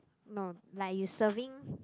no like you serving